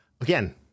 again